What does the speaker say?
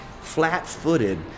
flat-footed